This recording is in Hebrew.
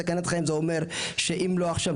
סכנת חיים זה אומר שאם לא עכשיו,